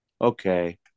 okay